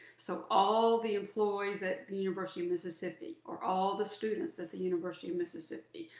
so all the employees at the university of mississippi, or all the students at the university of mississippi,